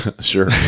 sure